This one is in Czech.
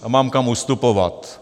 A mám kam ustupovat.